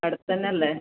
അടുത്ത് തന്നെ അല്ലേ